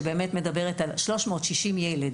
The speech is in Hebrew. שמדברת על 360 ילדים.